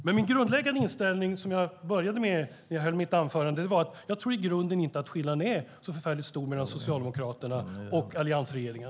Men min grundläggande inställning, som jag också började med att tala om när jag höll mitt anförande, är att jag inte tror att skillnaden i grunden är så förfärligt stor mellan Socialdemokraterna och alliansregeringen.